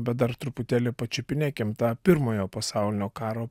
bet dar truputėlį pačiupinėkim tą pirmojo pasaulinio karo